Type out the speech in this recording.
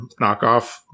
knockoff